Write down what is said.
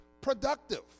productive